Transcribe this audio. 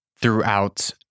throughout